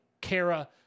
Kara